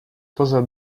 poza